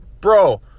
bro